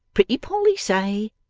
pretty polly say.